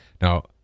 Now